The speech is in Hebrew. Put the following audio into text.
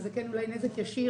שזה נזק ישיר,